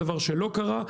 דבר שלא קרה.